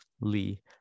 Lee